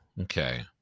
okay